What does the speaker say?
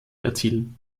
erzielen